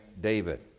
David